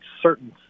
certain